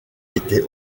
était